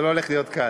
זה לא הולך להיות קל.